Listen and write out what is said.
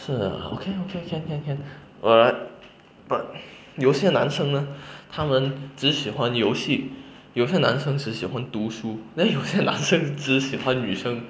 是 ah okay okay can can can alright but 有些男生呢他们只喜欢游戏有些男生只喜欢读书 then 有些男生只喜欢女生